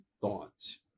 thoughts